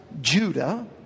Judah